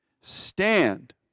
stand